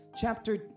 chapter